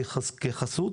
כחסות